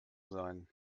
sein